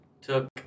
took